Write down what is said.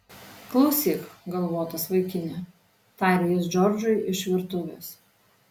klausyk galvotas vaikine tarė jis džordžui iš virtuvės